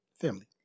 Family